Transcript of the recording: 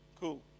cool